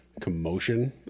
commotion